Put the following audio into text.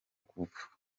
kuvuka